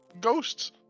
ghosts